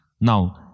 Now